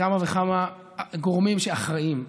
כמה וכמה גורמים שאחראים.